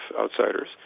outsiders